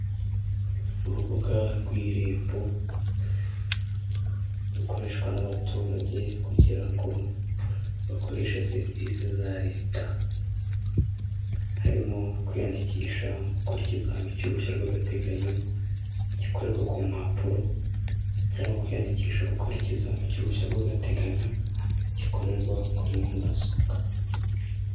Urubuga rw'Irembo rukoreshwa n'abaturage kugira ngo bakoreshe serivisi za leta harimo kwiyandikisha gukora ikizamini cy'uruhushya rw'agateganyo gikorerwa ku mpapuro cyangwa kwiyandikisha gukora ikizamini cy'uruhushya rw'agateganyo gikorerwa kuri mudasobwa .